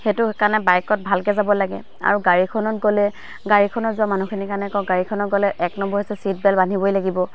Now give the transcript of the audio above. সেইটো কাৰণে বাইকত ভালকৈ যাব লাগে আৰু গাড়ীখনত গ'লে গাড়ীখনত যোৱা মানুহখিনিৰ কাৰণে কওঁ গাড়ীখনত গ'লে এক নম্বৰ হৈছে ছিট বেল্ট বান্ধিবই লাগিব